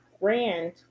grand